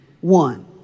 one